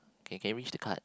okay can you reach the card